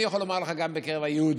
אני יכול לומר לך שגם בקרב היהודים.